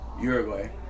Uruguay